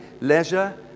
leisure